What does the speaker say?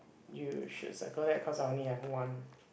you should circle that cause I only have one